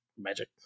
Magic